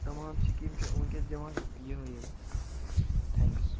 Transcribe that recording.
تَمام سِکیٖم چھِ وٕنۍکٮ۪س دِوان یِہوٚے حظ تھینٛکٕس